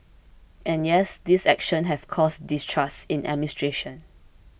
and yes these actions have caused distrust in administration